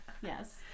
yes